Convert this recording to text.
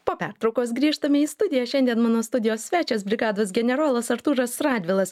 po pertraukos grįžtame į studiją šiandien mano studijos svečias brigados generolas artūras radvilas